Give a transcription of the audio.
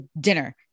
dinner